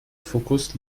fokus